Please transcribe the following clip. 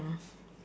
mm